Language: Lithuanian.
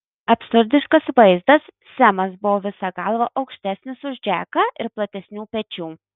absurdiškas vaizdas semas buvo visa galva aukštesnis už džeką ir platesnių pečių